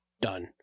Done